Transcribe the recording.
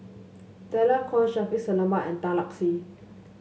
Stella Kon Shaffiq Selamat and Tan Lark Sye